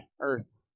earth